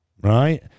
Right